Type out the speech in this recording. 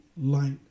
light